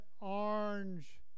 orange